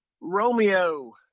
Romeo